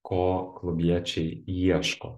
ko klubiečiai ieško